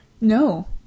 No